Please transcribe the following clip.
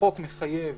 החוק מחייב